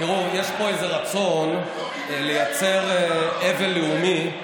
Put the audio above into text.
יש פה איזה רצון לייצר אבל לאומי.